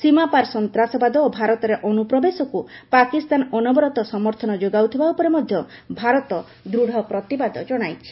ସୀମାପାର ସନ୍ତାସବାଦ ଓ ଭାରତରେ ଅନୁପ୍ରବେଶକୁ ପାକିସ୍ତାନ ଅନବରତ ସମର୍ଥନ ଯୋଗାଉଥିବା ଉପରେ ମଧ୍ୟ ଭାରତ ଦୃଢ଼ ପ୍ରତିବାଦ ଜଣାଇଛି